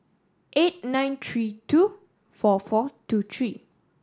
eight nine three two four four two three